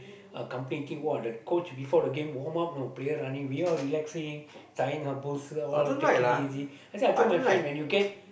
a company team !wah! the coach before the game warm up you know player running we all relaxing tying our bolster all taking easy I say I tell my friend you know when you get